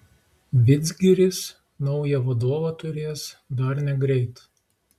vidzgiris naują vadovą turės dar negreit